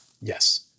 Yes